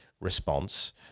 response